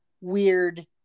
weird